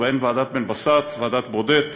ובהן ועדת בן-בסט וועדת ברודט,